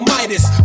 Midas